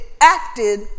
acted